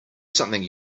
something